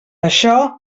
això